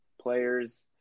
players